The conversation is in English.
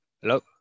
Hello